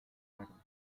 verde